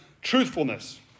truthfulness